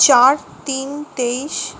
চার তিন তেইশ